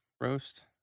roast